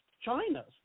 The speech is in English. China's